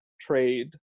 trade